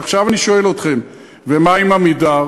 עכשיו אני שואל אתכם: ומה עם "עמידר"?